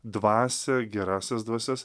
dvasią gerąsias dvasias